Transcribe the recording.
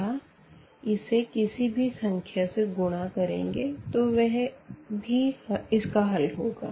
तथा इसे किसी भी संख्या से गुना करेंगे तो वह भी इसका हल होगा